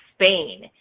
Spain